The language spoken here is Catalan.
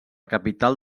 capital